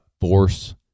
force